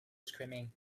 screaming